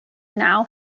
now